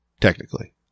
technically